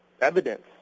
evidence